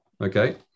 Okay